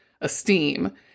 esteem